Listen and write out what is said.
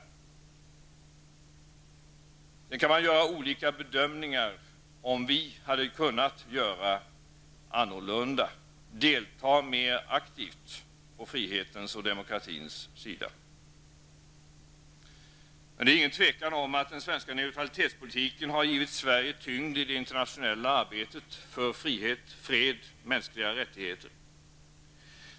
Sedan kan man göra olika bedömningar av huruvida vi hade kunnat handla annorlunda och kanske mer aktivt deltaga på frihetens och demokratins sida. Det råder ändå inget tvivel om att den svenska neutralitetspolitiken har givit Sverige tyngd i det internationella arbetet för frihet, fred och mänskliga rättigheter.